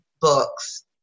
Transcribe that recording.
books